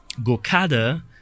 Gokada